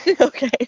Okay